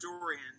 Dorian